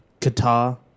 Qatar